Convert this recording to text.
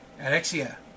Alexia